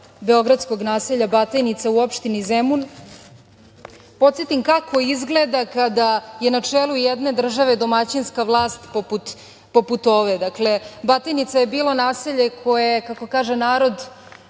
beogradskog naselja Batajnica u opštini Zemun podsetim kako izgleda kada je na čelu jedne države domaćinska vlast poput ove. Dakle, Batajnica je bila naselje koje, kako kaže narod,